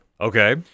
Okay